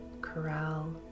corral